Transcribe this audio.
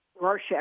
Rorschach